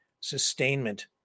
sustainment